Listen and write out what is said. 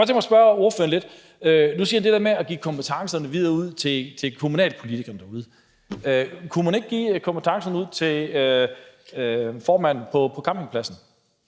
Nu siger han det der med at give kompetencerne videre ud til kommunalpolitikerne. Kunne man ikke give kompetencerne ud til formanden på campingpladsen,